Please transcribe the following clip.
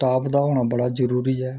staff दा होना बड़ा जरूरी ऐ